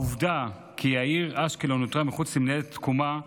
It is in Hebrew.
העובדה כי העיר אשקלון נותרה מחוץ למינהלת תקומה מעלה,